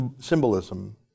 symbolism